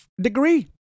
degree